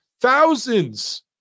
thousands